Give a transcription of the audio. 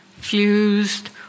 fused